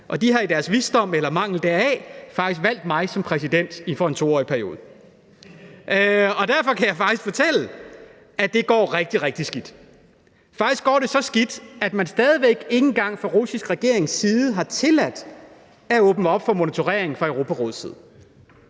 De har i deres visdom eller mangel på samme faktisk valgt mig som præsident for en 2-årig periode. Derfor kan jeg faktisk fortælle, at det går rigtig, rigtig skidt. Faktisk går det så skidt, at man stadig væk ikke engang fra den russiske regerings side har tilladt at åbne op for monitorering fra Europarådets side.